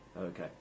Okay